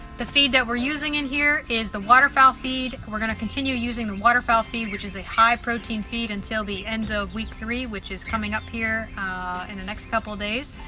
the feed that we're using in here is the waterfowl feed. we're going to continue using the waterfowl feed, which is a high protein feed, until the end of week three which is coming up here in the next couple days.